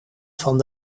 van